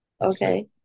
Okay